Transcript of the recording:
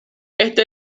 esta